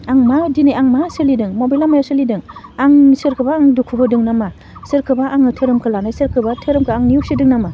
आं मा दिनै आं मा सोलिदों मबे लामायाव सोलिदों आं सोरखौबा आं दुखु होदों नामा सोरखौबा आङो धोरोमखौ लानाय सोरखौबा धोरोमखौ आं नेवसिदों नामा